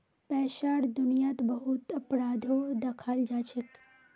पैसार दुनियात बहुत अपराधो दखाल जाछेक